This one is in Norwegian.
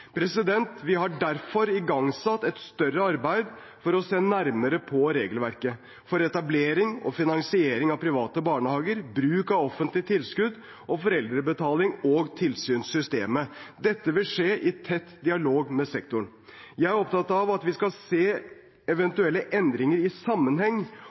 Vi har derfor igangsatt et større arbeid for å se nærmere på regelverket for etablering og finansering av private barnehager, bruk av offentlige tilskudd og foreldrebetaling og tilsynssystemet. Dette vil skje i tett dialog med sektoren. Jeg er opptatt av at vi skal se eventuelle endringer i sammenheng